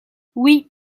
oui